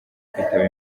kwitaba